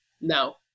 no